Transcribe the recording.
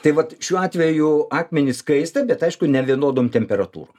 taip vat šiuo atveju akmenys kaista bet aišku nevienodom temperatūrom